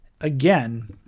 again –